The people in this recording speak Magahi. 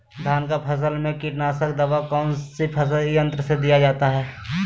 धान की फसल में कीटनाशक दवा कौन सी यंत्र से दिया जाता है?